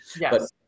Yes